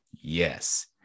yes